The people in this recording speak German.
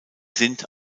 sind